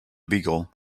beagle